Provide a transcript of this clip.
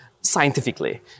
scientifically